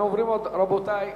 אנחנו עוברים, רבותי,